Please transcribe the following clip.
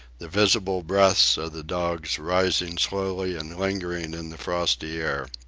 the visible breaths of the dogs rising slowly and lingering in the frosty air.